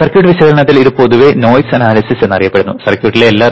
circuit വിശകലനത്തിൽ ഇത് പൊതുവെ നോയിസ് അനാലിസിസ് എന്ന് അറിയപ്പെടുന്നു സർക്യൂട്ടിലെ എല്ലാ